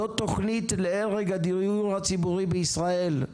זאת תוכנית להרג הדיור הציבורי בישראל.